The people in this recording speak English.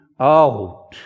out